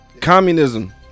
Communism